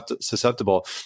susceptible